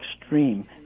extreme